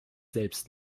selbst